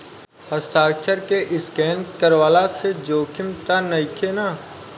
हस्ताक्षर के स्केन करवला से जोखिम त नइखे न?